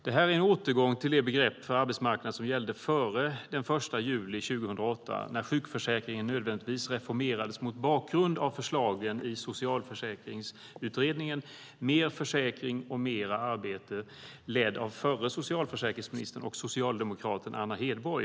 Detta är en återgång till det begrepp för arbetsmarknaden som gällde före den 1 juli 2008 när sjukförsäkringen nödvändigtvis reformerades mot bakgrund av förslagen i socialförsäkringsutredningen Mera försäkring och mera arbete . Utredningen leddes av förra socialförsäkringsministern och socialdemokraten Anna Hedborg.